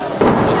כשהייתי שר האוצר.